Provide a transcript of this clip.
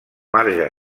marge